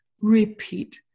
repeat